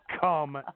come